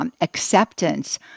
acceptance